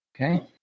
Okay